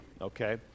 okay